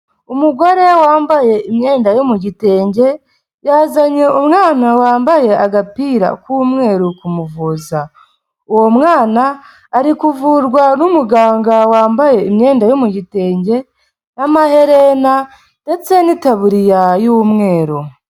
Umugore wambaye imyenda yo mu gitenge, yazanye umwana wambaye agapira k'umweru ku kumuvuza, uwo mwana ari kuvurwa n'umuganga wambaye imyenda yo mu gitenge n'amaherena ndetse n'itaburiya y'umweru.